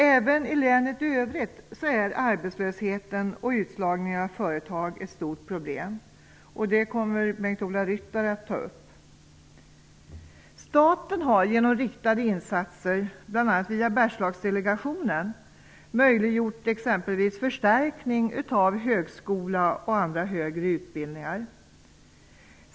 Även i länet i övrigt är arbetslösheten och utslagningen av företag ett stort problem. Det kommer Bengt-Ola Ryttar att ta upp. Staten har genom riktade insatser, bl.a. via Bergslagsdelegationen, möjliggjort exempelvis förstärkning av högskoleutbildning och andra högre utbildningar.